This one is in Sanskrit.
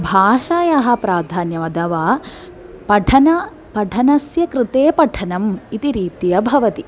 भाषायाः प्राधान्यम् अथवा पठन पठनस्य कृते पठनम् इति रीत्या भवति